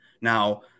Now